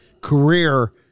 career